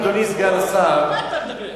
עשרות רבנים, אדוני סגן השר, מה אתה מדבר?